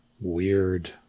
weird